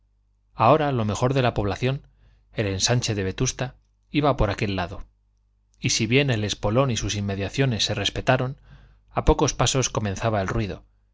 ahora lo mejor de la población el ensanche de vetusta iba por aquel lado y si bien el espolón y sus inmediaciones se respetaron a pocos pasos comenzaba el ruido